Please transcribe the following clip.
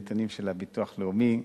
אלו נתונים של הביטוח הלאומי,